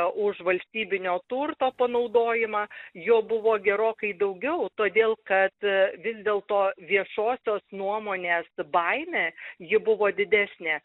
už valstybinio turto panaudojimą jo buvo gerokai daugiau todėl kad vis dėlto viešosios nuomonės baimė ji buvo didesnė